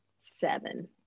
seven